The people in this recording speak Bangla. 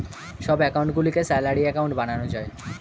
সব অ্যাকাউন্ট গুলিকে স্যালারি অ্যাকাউন্ট বানানো যায়